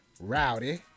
rowdy